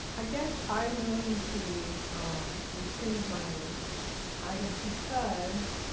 i guess i'm willing to rescind my item because